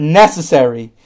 necessary